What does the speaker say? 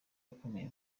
akomeza